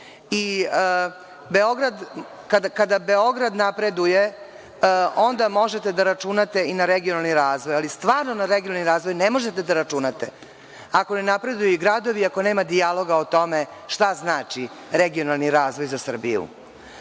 Beograd napreduje, onda možete da računate i na regionalni razvoj, ali stvarno na regionalni razvoj ne možete da računate ako ne napreduju gradovi, ako nema dijaloga o tome šta znači regionalni razvoj za Srbiju.